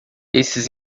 esses